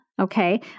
okay